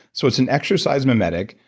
so it's an exercise-memetic,